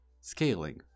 scaling